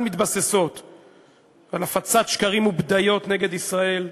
מתבססות על הפצת שקרים ובדיות נגד ישראל,